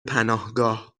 پناهگاه